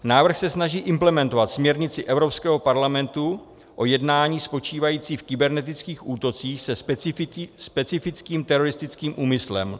Návrh se snaží implementovat směrnici Evropského parlamentu o jednáních spočívajících v kybernetických útocích se specifickým teroristickým úmyslem.